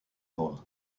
hall